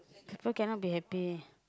people cannot be happy